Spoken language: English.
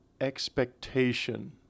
expectation